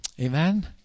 Amen